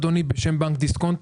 בנק דיסקונט.